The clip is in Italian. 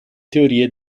teorie